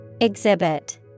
Exhibit